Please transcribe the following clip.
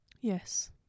Yes